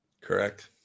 Correct